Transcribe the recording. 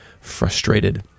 frustrated